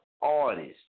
artists